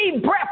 breath